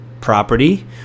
property